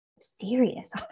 serious